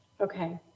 okay